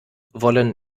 wollen